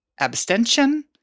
abstention